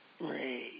Ray